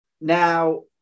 now